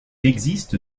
existe